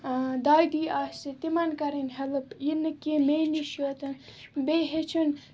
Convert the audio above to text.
دادی آسہِ تِمَن کَرٕنۍ ہیٚلٕپ یہِ نہٕ کیٚنٛہہ مےٚ نِش یوٚتَن بیٚیہِ ہیٚچھُن